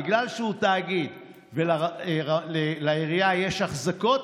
בגלל שהוא תאגיד, ולעירייה יש אחזקות,